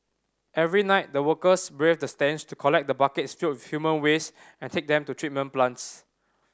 every night the workers braved the stench to collect the buckets filled with human waste and take them to treatment plants